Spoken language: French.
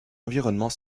environnement